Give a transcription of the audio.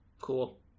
Cool